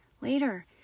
later